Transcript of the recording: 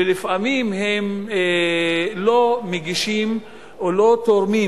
ולפעמים הם לא מגישים או לא תורמים